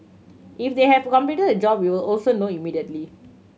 if they have completed the job we will also know immediately